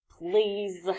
Please